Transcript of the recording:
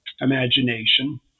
imagination